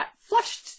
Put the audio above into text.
flushed